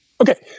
okay